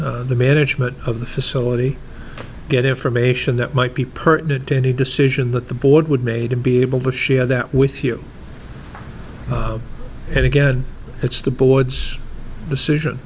with the management of the facility get information that might be pertinent to any decision that the board would made to be able to share that with you and again it's the board's decision